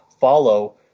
follow